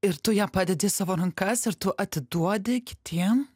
ir tu ją padedi į savo rankas ir tu atiduodi kitiem